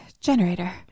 generator